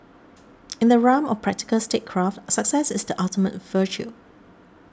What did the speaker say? in the realm of practical statecraft success is the ultimate virtue